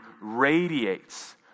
radiates